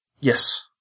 Yes